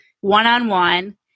one-on-one